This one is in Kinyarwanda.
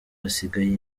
hasigaye